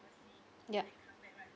yup